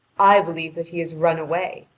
i believe that he has run away.